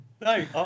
No